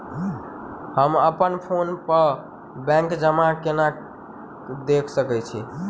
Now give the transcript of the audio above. हम अप्पन फोन पर बैंक जमा केना देख सकै छी?